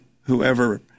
whoever